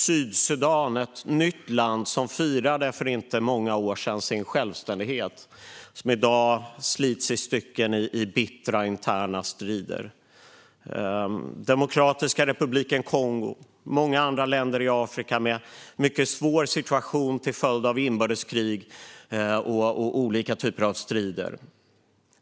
Sydsudan, ett nytt land som för inte så många år sedan firade sin självständighet, slits i dag i stycken i bittra interna strider. Demokratiska republiken Kongo och många andra länder i Afrika har en mycket svår situation till följd av inbördeskrig och olika typer av strider.